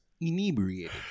inebriated